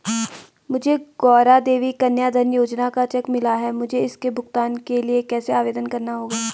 मुझे गौरा देवी कन्या धन योजना का चेक मिला है मुझे इसके भुगतान के लिए कैसे आवेदन करना होगा?